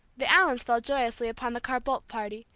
the allens fell joyously upon the carr-boldt party,